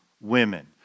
women